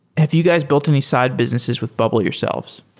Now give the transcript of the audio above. have you guys built any side businesses with bubble yourselves?